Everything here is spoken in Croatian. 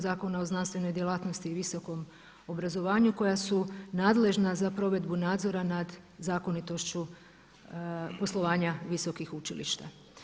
Zakona o znanstvenoj djelatnosti i visokom obrazovanju koja su nadležna za provedbu nadzora nad zakonitošću poslovanja visokih učilišta.